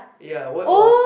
ya what was